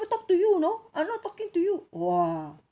talk to you you know I'm not talking to you !wah!